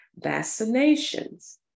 Vaccinations